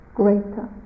greater